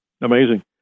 Amazing